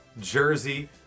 Jersey